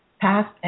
past